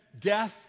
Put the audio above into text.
death